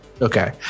Okay